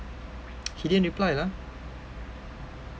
he didn't reply lah